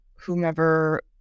whomever